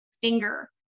finger